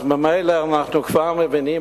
אז ממילא אנחנו כבר מבינים,